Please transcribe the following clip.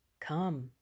Come